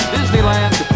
Disneyland